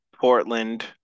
Portland